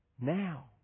now